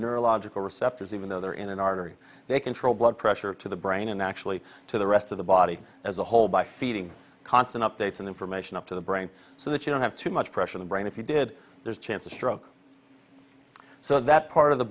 neurological receptors even though they're in an artery they control blood pressure to the brain and actually to the rest of the body as a whole by feeding constant updates and information up to the brain so that you don't have too much pressure on the brain if you did there's chance of stroke so that part of the